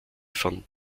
von